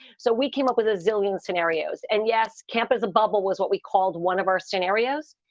so we came up with a zillion scenarios. and yes, camp is a bubble was what we called one of our scenarios.